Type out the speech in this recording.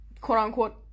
quote-unquote